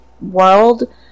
world